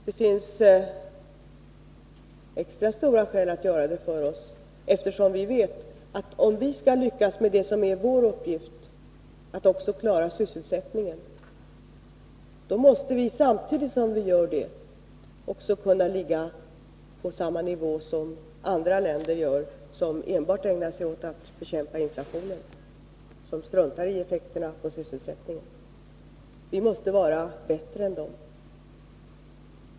Det finns särskilt starka skäl att göra det. Vi vet nämligen att vi, om vi skall lyckas med det som är vår uppgift — att också klara sysselsättningen — samtidigt måste se till att vi ligger på samma nivå som de länder som enbart ägnar sig åt att bekämpa inflationen och som struntar i effekterna på sysselsättningen. Vi måste vara bättre än de.